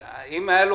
אם היו לו